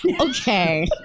Okay